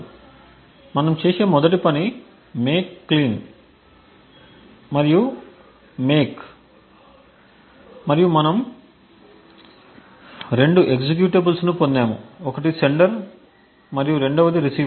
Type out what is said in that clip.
కాబట్టి మనం చేసే మొదటి పని make clean మరియు make మరియు మనము 2 ఎక్జిక్యూటబుల్స్పొందాము ఒకటి సెండర్ మరియు రెండవది రిసీవర్